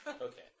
Okay